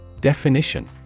Definition